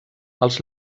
els